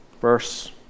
Verse